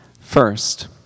First